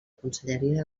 conselleria